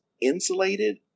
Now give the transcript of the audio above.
insulated